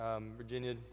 Virginia